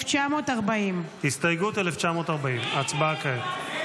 1940. הסתייגות 1940, ההצבעה כעת.